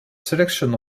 selection